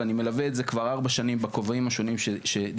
ואני מלווה את זה כבר ארבע שנים בכובעים השונים שדיברתי,